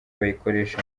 bayikoresha